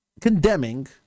condemning